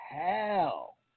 hell